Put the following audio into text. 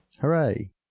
Hooray